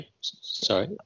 Sorry